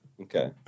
Okay